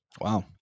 Wow